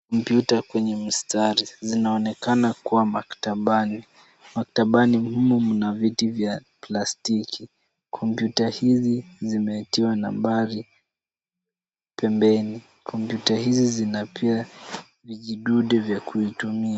Computer kwenye mstari, zinaonekana kuwa maktabani. Maktabani mhimu mna viti vya plastiki, computer hizi zimetiwa nambari. Pembeni, computer hizi zina pia vijidude vya kuvitumia.